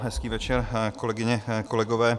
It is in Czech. Hezký večer, kolegyně, kolegové.